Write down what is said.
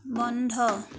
বন্ধ